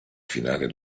finale